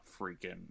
freaking